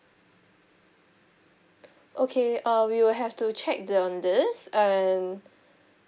okay uh we will have to check on this and